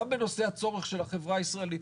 גם בנושא הצורך של החברה הישראלית,